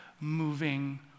moving